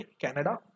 Canada